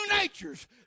natures